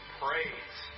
praise